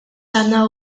għandna